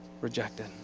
rejected